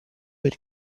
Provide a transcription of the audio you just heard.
per